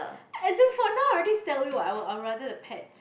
as in for now I already sell you what I would would rather the pets